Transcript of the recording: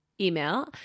email